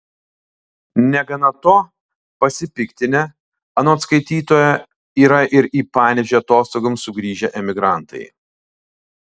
negana to pasipiktinę anot skaitytojo yra ir į panevėžį atostogoms sugrįžę emigrantai